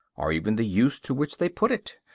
or even the use to which they put it,